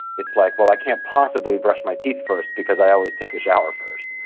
it's like, well, i can't possibly brush my teeth first because i always take a shower first.